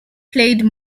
played